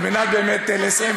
על מנת באמת לסיים,